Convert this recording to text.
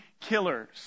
killers